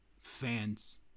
fans